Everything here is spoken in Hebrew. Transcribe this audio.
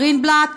גרינבלט,